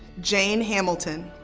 jane hamilton.